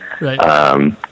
Right